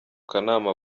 kanama